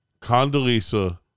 Condoleezza